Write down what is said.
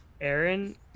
Aaron